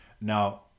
now